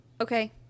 Okay